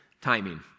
timing